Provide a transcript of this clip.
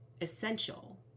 essential